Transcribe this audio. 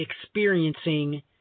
experiencing